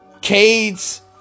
Cade's